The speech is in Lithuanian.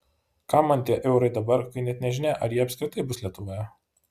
kam man tie eurai dabar kai net nežinia ar jie apskritai bus lietuvoje